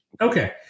okay